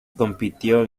compitió